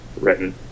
written